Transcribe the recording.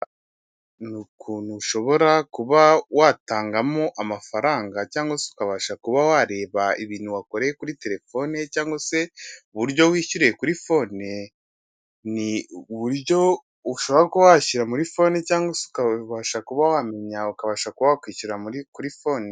Ukuntu ushobora kuba watangamo amafaranga cyangwa se ukabasha kuba wareba ibintu wakoreye kuri telefone cyangwa se uburyo wishyuriye kuri fone, ni uburyo ushobora kuba wakishyurira kuri fone cyangwa ukabasha kuba wamenya ukabashara kuba wakishyurira kuri fone.